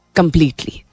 completely